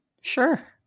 Sure